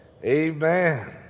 Amen